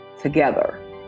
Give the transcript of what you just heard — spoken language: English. together